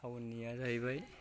town निया जाहैबाय